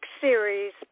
series